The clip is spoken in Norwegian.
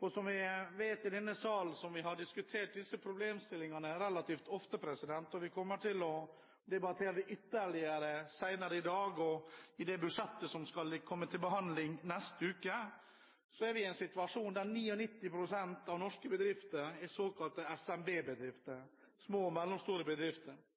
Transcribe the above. for som vi vet i denne sal, der vi har diskutert disse problemstillingene relativt ofte – og vi kommer til å debattere dem ytterligere senere i dag og i det budsjettet som kommer til behandling neste uke – er vi i en situasjon der 99 pst. av norske bedrifter er såkalte SMB-bedrifter, små og mellomstore bedrifter.